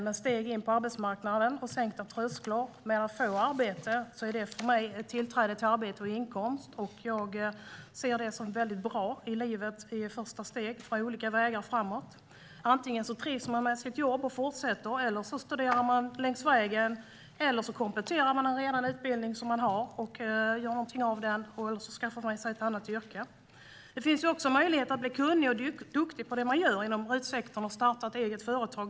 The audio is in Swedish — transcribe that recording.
Men steg in på arbetsmarknaden och sänkta trösklar för att få arbete är för mig ett tillträde till arbete och inkomst. Jag ser det som väldigt bra i livet. Det är ett första steg mot olika vägar framåt. Antingen trivs man med sitt jobb och fortsätter, eller så studerar man längs vägen. Man kan också komplettera en utbildning som man redan har och göra någonting av den eller skaffa sig ett annat yrke. Det finns även möjlighet att bli duktig på det man gör inom RUT-sektorn och starta ett eget företag.